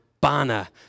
banner